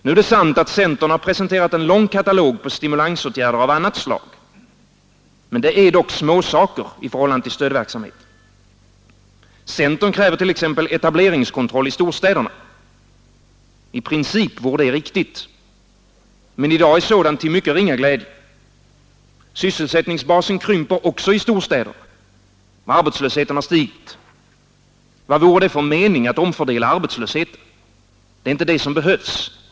Nu är det sant att centern har presenterat en lång katalog på stimulansåtgärder av annat slag. Men det är dock småsaker i förhållande till stödverksamheten. Centern kräver t.ex. etableringskontroll i storstäderna. I princip vore det riktigt. Men i dag är sådant till mycket ringa glädje. Sysselsättningsbasen krymper också i storstäderna. Arbetslösheten stiger. Vad vore det för mening att omfördela arbetslösheten? Det är inte det som behövs.